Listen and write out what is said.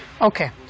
okay